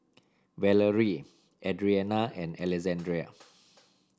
Valarie Adrianna and Alexandrea